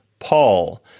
Paul